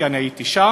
כי אני הייתי שם,